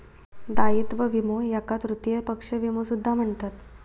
दायित्व विमो याका तृतीय पक्ष विमो सुद्धा म्हणतत